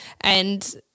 And-